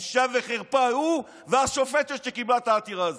בושה וחרפה, הוא והשופטת שקיבלה את העתירה הזאת.